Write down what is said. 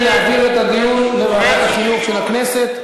להעביר את הדיון לוועדת החינוך של הכנסת.